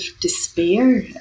despair